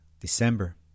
December